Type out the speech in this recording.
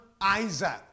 Isaac